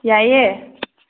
ꯌꯥꯏꯑꯦ